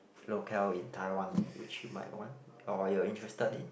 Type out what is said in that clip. locale in Taiwan which you might want or you're interested in